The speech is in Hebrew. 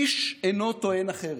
איש אינו טוען אחרת.